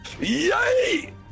yay